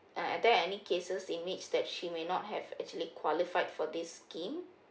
ah are there any cases it makes that she may not have actually qualified for this scheme